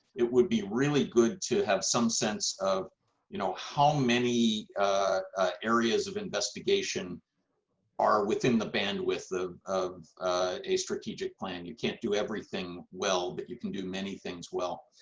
it would be really to have some sense of you know how many areas of investigation are within the bandwidth ah of a strategic plan. you can't do everything well, but you can do many things well.